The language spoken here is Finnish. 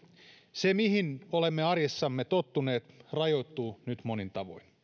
se mihin olemme arjessamme tottuneet rajoittuu nyt monin tavoin